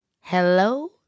Hello